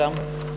שלום.